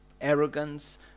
arrogance